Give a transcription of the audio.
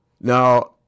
Now